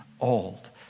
old